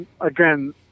again